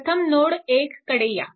तर प्रथम नोड 1 कडे या